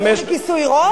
אסור לי כיסוי ראש?